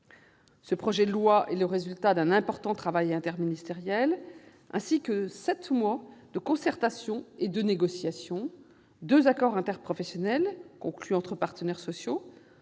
Ce projet de loi est le résultat d'un important travail interministériel, ainsi que de sept mois de concertations et de négociations, de deux accords interprofessionnels conclus entre partenaires sociaux,